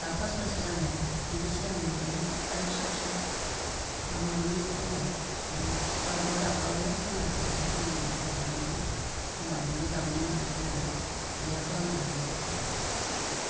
दा पास बोसोर जाबाय बिनि सिगां ओरैनो आरो फिसा फिसौ माबा माबि दङ ओमफ्राय बाबुआ गाबबाबो जोंहा बे धोरोमनि माबाजोंनो जों बाबुनि गाबनाय मानायफोरखौ गैया खालामनो हायो आरोकि बिदि